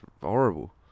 horrible